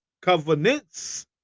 Covenants